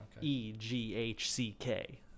E-G-H-C-K